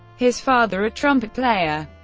his father, a trumpet player,